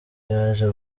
yaje